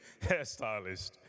hairstylist